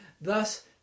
Thus